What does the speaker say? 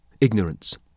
ignorance